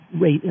rate